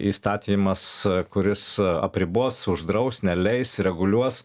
įstatymas kuris apribos uždraus neleis reguliuos